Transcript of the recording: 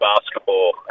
basketball